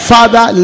Father